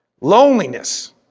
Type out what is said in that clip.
Loneliness